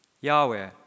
Yahweh